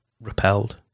repelled